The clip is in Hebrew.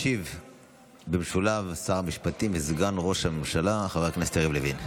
ישיב במשולב שר המשפטים וסגן ראש הממשלה חבר הכנסת יריב לוין.